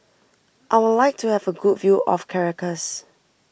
I would like to have a good view of Caracas